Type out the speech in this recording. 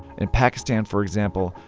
in pakistan for example,